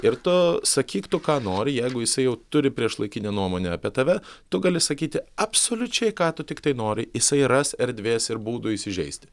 ir tu sakyk tu ką nori jeigu jisai jau turi priešlaikinę nuomonę apie tave tu gali sakyti absoliučiai ką tu tiktai nori jisai ras erdvės ir būdu įsižeisti